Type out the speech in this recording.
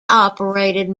operated